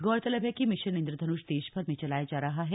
गौरतलब है कि मिशन इंद्रधनुष देशभर में चलाया जा रहा है